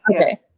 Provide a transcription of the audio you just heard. Okay